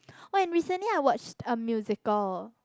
and recently I watch musical